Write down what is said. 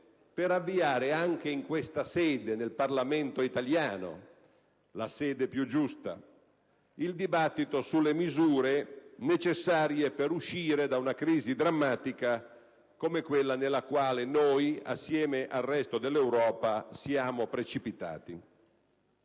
per avviare anche in questa sede, nel Parlamento italiano - la sede più giusta - il dibattito sulle misure necessarie per uscire da una crisi drammatica come quella nella quale noi, assieme al resto dell'Europa, siamo precipitati.